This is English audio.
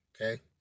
Okay